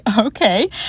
okay